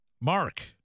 Mark